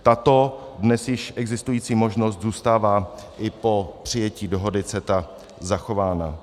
Tato dnes již existující možnost zůstává i po přijetí dohody CETA zachována.